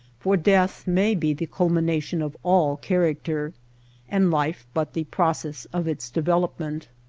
for death may be the culmination of all character and life but the process of its development.